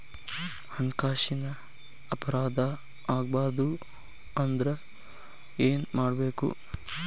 ಹಣ್ಕಾಸಿನ್ ಅಪರಾಧಾ ಆಗ್ಬಾರ್ದು ಅಂದ್ರ ಏನ್ ಮಾಡ್ಬಕು?